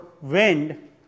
wind